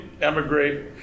emigrate